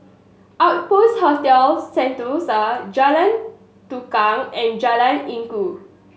Outpost Hotel Sentosa Jalan Tukang and Jalan Inggu